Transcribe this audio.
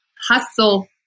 hustle